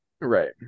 Right